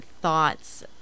thoughts